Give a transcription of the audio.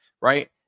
right